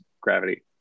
gravity